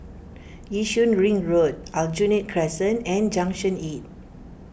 Yishun Ring Road Aljunied Crescent and Junction eight